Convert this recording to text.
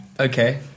okay